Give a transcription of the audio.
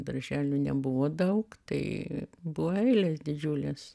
darželių nebuvo daug tai buvo eilės didžiulės